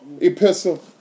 epistle